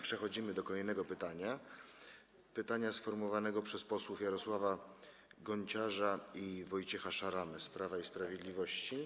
Przechodzimy do kolejnego pytania, które zostało sformułowane przez posłów Jarosława Gonciarza i Wojciecha Szaramę z Prawa i Sprawiedliwości.